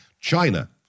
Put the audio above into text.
China